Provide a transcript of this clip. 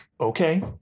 Okay